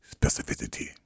Specificity